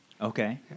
Okay